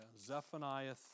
Zephaniah